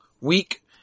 week